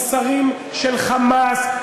עם שרים של "חמאס",